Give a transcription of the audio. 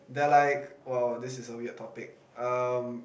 they are like !wow! this is a weird topic um